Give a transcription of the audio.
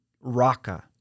raka